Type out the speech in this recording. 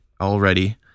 already